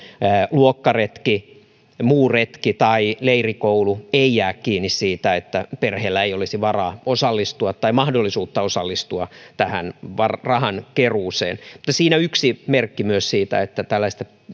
luokkaretki muu retki tai leirikoulu ei jää kiinni siitä että perheellä ei olisi varaa osallistua tai mahdollisuutta osallistua tähän rahankeruuseen mutta siinä yksi merkki myös siitä että tällaista